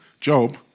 Job